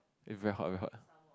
very hot very hot